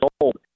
old